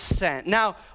Now